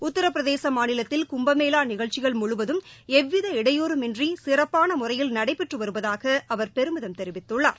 உத்திரபிரதேச மாநிலத்தில் கும்பமேளா நிகழ்க்சிகள் முழுவதும் எவ்வித இடையூறுமின்றி சிறப்பான முறையில் நடைபெற்று வருவதாக அவர் பெருமிதம் தெரிவித்துள்ளார்